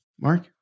Mark